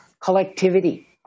collectivity